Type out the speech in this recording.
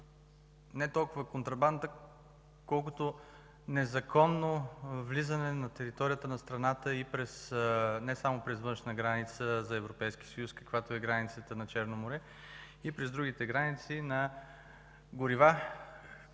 не толкова контрабанда, колкото незаконно влизане на територията на страната и не само през външна граница за Европейския съюз, каквато е границата на Черно море, но и през другите граници на горива,